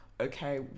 okay